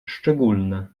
szczególne